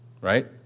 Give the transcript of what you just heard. right